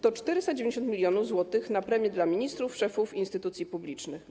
To 490 mln zł na premie dla ministrów, szefów instytucji publicznych.